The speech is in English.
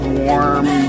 warm